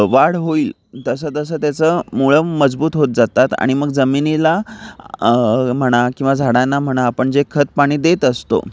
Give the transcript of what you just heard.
वाढ होईल तसं तसं तेचं मुळं मजबूत होत जातात आणि मग जमिनीला म्हणा किंवा झाडांना म्हणा आपण जे खत पाणी देत असतो